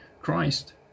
Christ